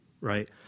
right